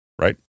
Right